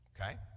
Okay